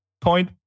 point